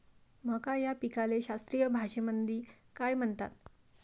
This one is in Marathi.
मका या पिकाले शास्त्रीय भाषेमंदी काय म्हणतात?